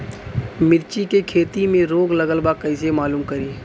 मिर्ची के खेती में रोग लगल बा कईसे मालूम करि?